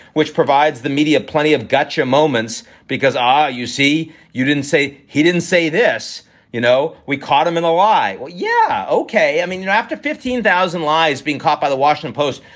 which provides the media plenty of gotcha moments. because i you see, you didn't say he didn't say this you know, we caught him in a lie. well, yeah. ok. i mean, you have to fifteen thousand lies being caught by the washington post.